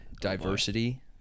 diversity